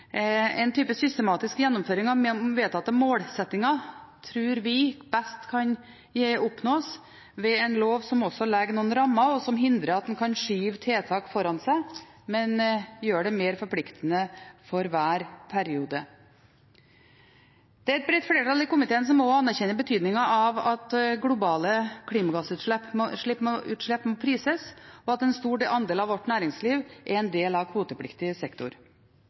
En type systematisk gjennomføring av vedtatte målsettinger tror vi best kan oppnås ved en lov som også legger noen rammer, som hindrer at man kan skyve tiltak foran seg, men som er mer forpliktende for hver periode. Det er et bredt flertall i komiteen som anerkjenner betydningen av at globale klimagassutslipp må prises, og at en stor andel av vårt næringsliv er en del av kvotepliktig sektor.